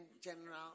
General